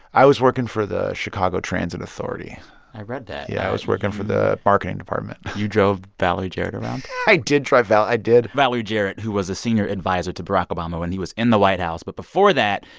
i was working for the chicago transit authority i read that yeah, i was working for the marketing department you drove valerie jarrett around i did drive i did valerie jarrett, who was a senior adviser to barack obama when he was in the white house. but before that,